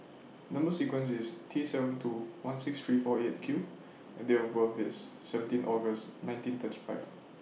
Number sequence IS T seven two one six three four eight Q and Date of birth IS seventeen August nineteen thirty five